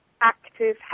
active